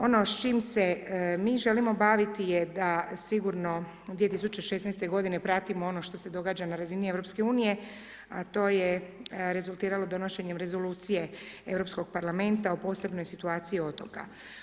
Ono s čim se mi želimo baviti je da sigurno 2016. godine pratimo ono što se događa na razini Europske unije, a to je rezultiralo donošenjem Rezolucije Europskog parlamenta o posebnoj situaciji otoka.